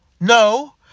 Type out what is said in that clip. no